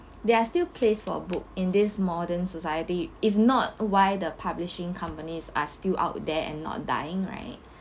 there are still place for a book in this modern society if not why the publishing companies are still out there and not dying right